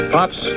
Pops